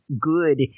good